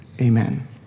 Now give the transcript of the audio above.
Amen